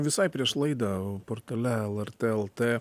visai prieš laidą portale lrt lt